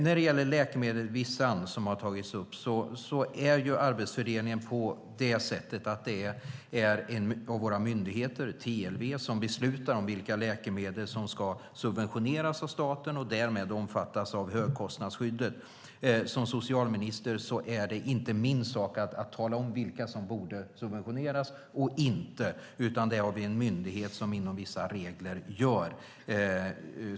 När det gäller läkemedlet Visanne som har tagits upp är arbetsfördelningen den att det är en av våra myndigheter, TLV, som beslutar om vilka läkemedel som ska subventioneras av staten och därmed omfattas av högkostnadsskyddet. Det är inte min sak som socialminister att tala om vilka som borde subventioneras och inte, utan vi har en myndighet som gör det enligt vissa regler.